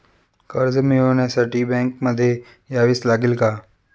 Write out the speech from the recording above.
कर्ज मिळवण्यासाठी बँकेमध्ये यावेच लागेल का?